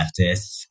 leftists